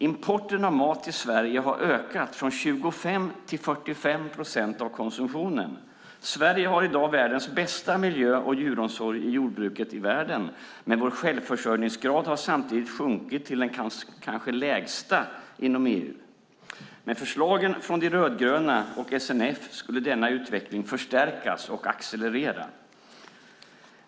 Importen av mat till Sverige har ökat från 25 till 45 procent av konsumtionen. Sverige har i dag världens bästa miljö och djuromsorg i jordbruket i världen, men vår självförsörjningsgrad har samtidigt sjunkit till den kanske lägsta inom EU. Med förslagen från De rödgröna och SNF skulle denna utveckling förstärkas och accelerera.